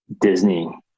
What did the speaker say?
Disney